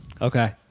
Okay